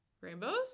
Rainbows